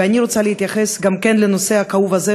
ואני רוצה להתייחס גם כן לנושא הכאוב הזה,